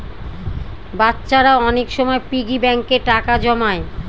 বাচ্চারা অনেক সময় পিগি ব্যাঙ্কে টাকা জমায়